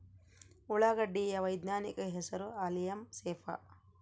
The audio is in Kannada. ಉಳ್ಳಾಗಡ್ಡಿ ಯ ವೈಜ್ಞಾನಿಕ ಹೆಸರು ಅಲಿಯಂ ಸೆಪಾ